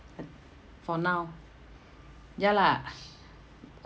for now ya lah